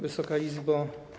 Wysoka Izbo!